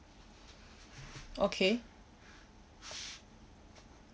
okay